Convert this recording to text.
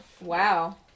Wow